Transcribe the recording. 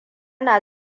na